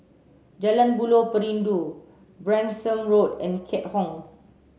Jalan Buloh Perindu Branksome Road and Keat Hong